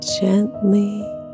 gently